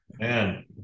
Man